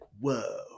whoa